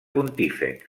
pontífex